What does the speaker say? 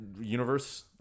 universe